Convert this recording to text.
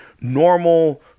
normal